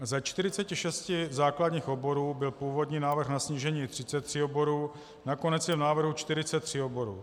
Ze 46 základních oborů byl původní návrh na snížení 33 oborů, nakonec je v návrhu 43 oborů.